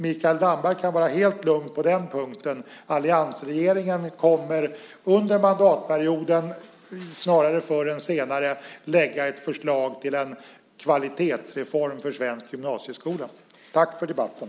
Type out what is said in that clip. Mikael Damberg kan alltså vara helt lugn på den punkten. Alliansregeringen kommer under mandatperioden, snarare förr än senare, att lägga fram ett förslag till en kvalitetsreform för svensk gymnasieskola. Tack för debatten!